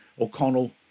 O'Connell